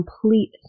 complete